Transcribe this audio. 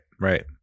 right